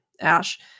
ash